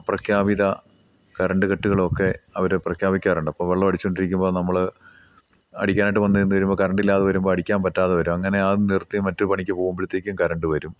പ്രഖ്യാപിത കറണ്ട് കട്ടുകളൊക്കെ അവർ പ്രഖ്യാപിക്കാറുണ്ട് അപ്പം വെള്ളം അടിച്ചു കൊണ്ടിരിക്കുമ്പോൾ നമ്മൾ അടിക്കാനായിട്ട് വന്നു നിന്നു കഴിയുമ്പോൾ കറണ്ടില്ലാതെ വരുമ്പോൾ അടിക്കാൻ പറ്റാതെ വരും അങ്ങനെ അതു നിർത്തി മറ്റു പണിക്ക് പോകുമ്പോഴത്തേക്കും കറണ്ട് വരും